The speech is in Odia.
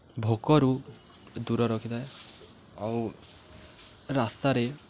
ଭୋକରୁ ଦୂର ରଖିଥାଏ ଆଉ ରାସ୍ତାରେ